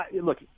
Look